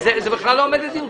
זה בכלל לא עומד לדיון.